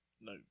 no